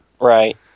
Right